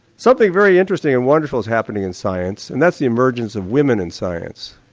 something very interesting and wonderful is happening in science and that's the emergence of women in science.